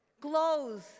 Glows